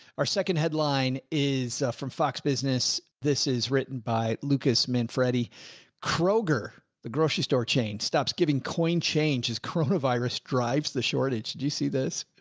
our second headline is from fox business. this is written by lucas mint, freddie kroger. the grocery store chain stops. giving coin change has coronavirus drives the shortage. do you see this?